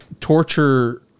torture